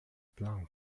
plan